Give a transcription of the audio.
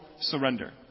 surrender